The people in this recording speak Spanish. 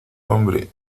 hombre